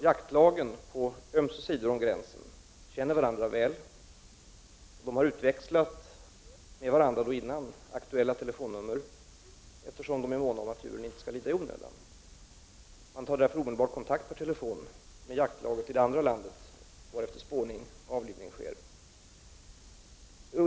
Jaktlagen på ömse sidor om gränsen känner varandra väl, och de har utväxlat aktuella telefonnummer med varandra, eftersom de är måna om att djuren inte skall lida i onödan. Jägarna tar därför omedelbart när något sådant inträffat kontakt per telefon med jaktlaget i det andra landet, varefter spårning och avlivning sker.